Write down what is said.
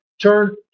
turn